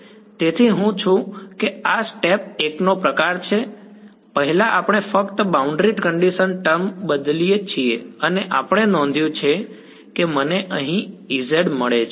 તેથી હું છું કે આ સ્ટેપ 1 નો પ્રકાર છે પહેલા આપણે ફક્ત બાઉન્ડ્રી કન્ડીશન ટર્મ બદલીએ છીએ અને આપણે નોંધ્યું છે કે મને અહીં Ez મળે છે